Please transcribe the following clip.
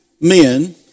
men